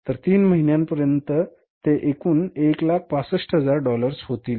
तर तीन महिन्यांपर्यंत तिमाही साठी ते एकुण 165000 डॉलर्स होतील